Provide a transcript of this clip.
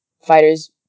fighters